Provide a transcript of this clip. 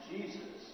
Jesus